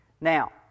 now